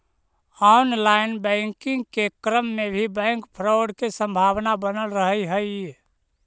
online banking के क्रम में भी बैंक फ्रॉड के संभावना बनल रहऽ हइ